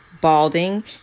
balding